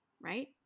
right